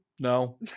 No